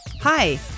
Hi